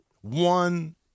One